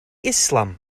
islam